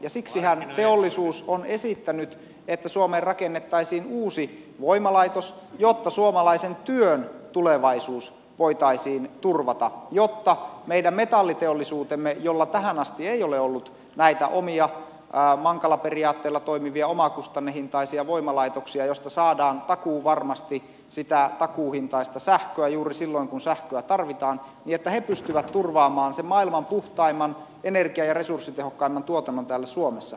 ja siksihän teollisuus on esittänyt että suomeen rakennettaisiin uusi voimalaitos jotta suomalaisen työn tulevaisuus voitaisiin turvata jotta meidän metalliteollisuutemme jolla tähän asti ei ole ollut näitä omia mankala periaatteella toimivia omakustannehintaisia voimalaitoksia joista saadaan takuuvarmasti sitä takuuhintaista sähköä juuri silloin kun sähköä tarvitaan pystyy turvaamaan sen maailman puhtaimman energian ja resurssitehokkaimman tuotannon täällä suomessa